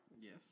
Yes